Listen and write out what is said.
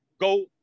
go